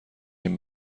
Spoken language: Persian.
این